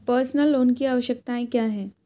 Personal loan की आवश्यकताएं क्या हैं?